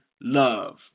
love